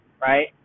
Right